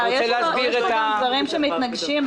27 מיליון שקלים,